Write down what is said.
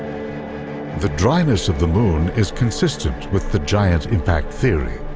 the dryness of the moon is consistent with the giant impact theory,